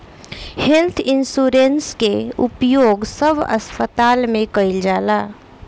health insurance के उपयोग सब अस्पताल में कईल जाता